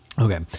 Okay